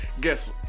Guess